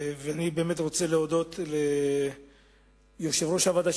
אני באמת רוצה להודות ליושב-ראש הוועדה,